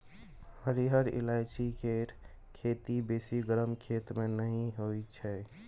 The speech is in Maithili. हरिहर ईलाइची केर खेती बेसी गरम खेत मे नहि होइ छै